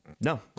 No